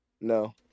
no